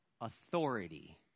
authority